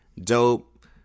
Dope